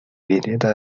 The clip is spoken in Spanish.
bisnieta